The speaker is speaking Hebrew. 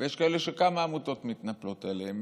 ויש כאלה שכמה העמותות מתנפלות עליהם.